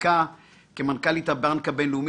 ותיקה כמנכ"לית הבנק הבינלאומי,